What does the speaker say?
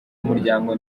umuryango